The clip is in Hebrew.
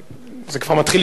זה כבר מתחיל להיות מזמן,